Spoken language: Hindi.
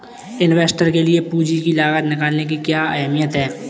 इन्वेस्टर के लिए पूंजी की लागत निकालने की क्या अहमियत है?